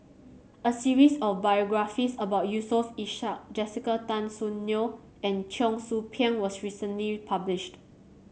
a series of biographies about Yusof Ishak Jessica Tan Soon Neo and Cheong Soo Pieng was recently published